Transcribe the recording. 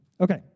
Okay